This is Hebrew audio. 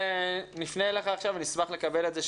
אנחנו נפנה אליך עכשיו ונשמח לקבל את זה,